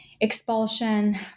expulsion